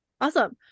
awesome